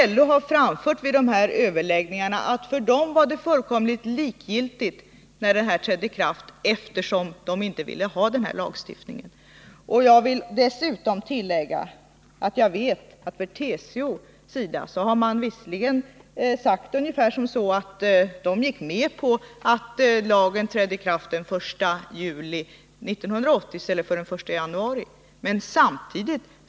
LO har vid dessa överläggningar framfört att det för LO var fullständigt likgiltigt när lagen trädde i kraft, eftersom man inte ville ha denna lagstiftning. Dessutom vill jag tillägga att jag vet att TCO visserligen har sagt ungefär som så att man gick med på att lagen trädde i kraft den 1 juli 1980 i stället för den 1 januari 1980.